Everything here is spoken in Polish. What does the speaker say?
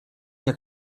nie